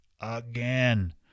again